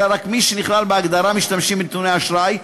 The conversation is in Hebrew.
אלא רק מי שנכלל בהגדרה "משתמשים בנתוני אשראי",